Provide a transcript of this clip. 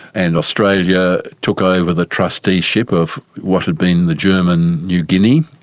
and australia took over the trusteeship of what had been the german new guinea,